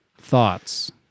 Thoughts